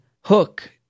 hook